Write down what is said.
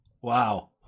Wow